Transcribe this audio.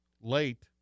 late